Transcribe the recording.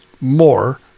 More